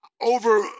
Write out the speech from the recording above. over